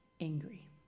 angry